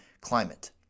climate